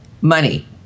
money